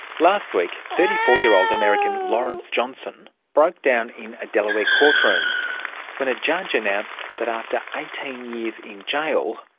last week, thirty four year old american lawrence johnson broke down in a delaware courtroom when a judge announced that after eighteen years in jail,